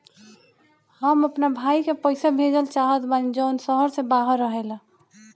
हम अपना भाई के पइसा भेजल चाहत बानी जउन शहर से बाहर रहेला